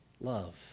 love